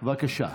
בבקשה.